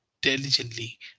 diligently